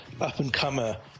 up-and-comer